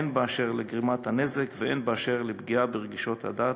הן באשר לגרימת הנזק והן באשר לפגיעה ברגשות הדת.